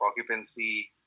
occupancy